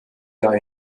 jahr